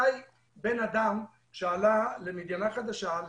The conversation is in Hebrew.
מתי אדם שעלה למדינה חדשה,